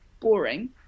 Boring